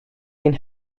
ein